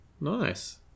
Nice